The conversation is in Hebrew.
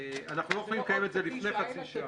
אנחנו לא יכולים לקיים את זה לפני חצי שעה.